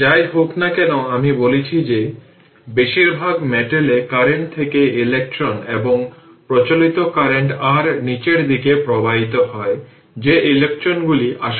তাই DC কে transient বিবেচনা করতে সেই কারণে যে একই সময়ে একটি সার্কিট সেই সময়ে রেজিস্ট্যান্স ক্যাপাসিট্যান্স এই সব ইন্ডাকট্যান্স সব আসবে